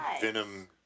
Venom